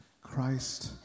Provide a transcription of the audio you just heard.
Christ